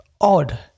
odd